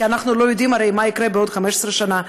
כי אנחנו לא הרי יודעים מה יקרה בעוד 15 שנה,